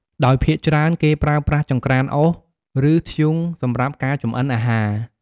ដោយភាគច្រើនគេប្រើប្រាស់ចង្រ្កានអុស ឬធ្យូងសម្រាប់ការចម្អិនអាហារ។